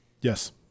Yes